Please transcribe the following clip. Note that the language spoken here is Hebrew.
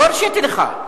לא הרשיתי לך.